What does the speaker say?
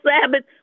Sabbath